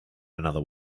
another